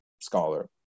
scholar